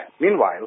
Meanwhile